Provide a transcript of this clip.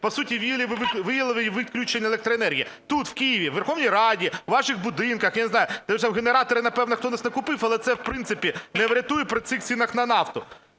по суті, віялові відключення електроенергії тут, в Києві: у Верховній Раді, у ваших будинках. Я не знаю, генератори, напевно, хтось в нас і купив, але це, в принципі, не врятує при цих цінах на нафту.